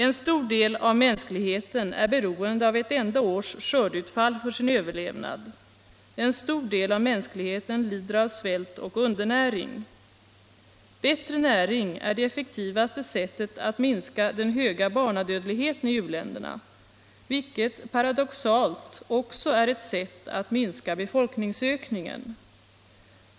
En stor del av mänskligheten är beroende av ett enda års skördeutfall för sin överlevnad. En stor del av mänskligheten lider av svält och undernäring. Bättre näring är det effektivaste sättet att minska den höga barnadödligheten i u-länderna, vilket paradoxalt också är ett sätt att minska befolkningsökningen.